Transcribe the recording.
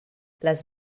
les